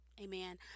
Amen